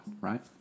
Right